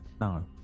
No